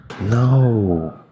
No